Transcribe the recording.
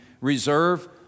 reserve